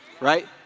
Right